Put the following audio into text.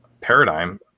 paradigm